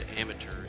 amateur